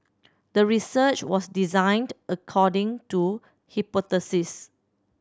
the research was designed according to hypothesis